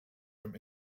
from